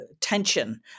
tension